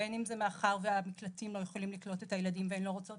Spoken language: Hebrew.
בין אם זה מאחר והמקלטים לא יכולים לקלוט את הילדים והן לא רוצות